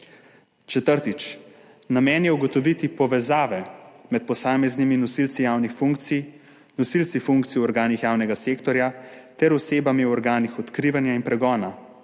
Četrtič. Namen je ugotoviti povezave med posameznimi nosilci javnih funkcij, nosilci funkcij v organih javnega sektorja ter osebami v organih odkrivanja in pregona,